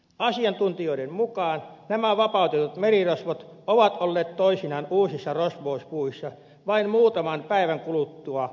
asiantuntijoiden mukaan nämä vapautetut merirosvot ovat olleet toisinaan uusissa rosvouspuuhissa vain muutaman päivän kuluttua vapautumisestaan